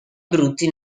brutti